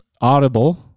audible